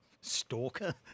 Stalker